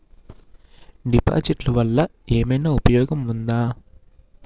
డిపాజిట్లు వల్ల ఏమైనా ఉపయోగం ఉందా?